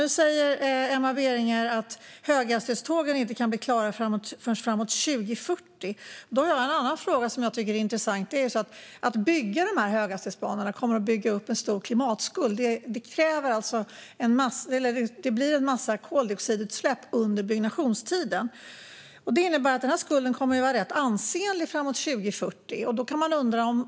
Emma Berginger säger att höghastighetstågen inte kan bli klara förrän framåt 2040. Då har jag en annan fråga som jag tycker är intressant. Att bygga dessa höghastighetsbanor kommer att bygga upp en stor klimatskuld. Det blir en massa koldioxidutsläpp under byggnationstiden. Det innebär att skulden kommer att vara rätt ansenlig framåt 2040.